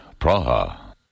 Praha